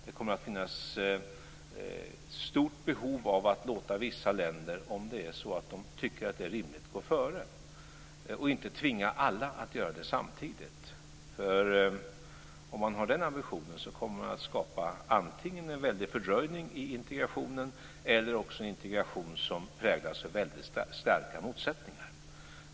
Det kommer att finnas ett stort behov av att låta vissa länder, om det är så att de tycker att det är rimligt, gå före - inte tvinga alla att göra det samtidigt, för om man har den ambitionen kommer man att skapa antingen en väldig fördröjning i integrationen eller också en integration som präglas av väldigt starka motsättningar.